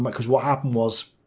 because what happened was